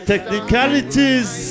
Technicalities